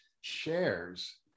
shares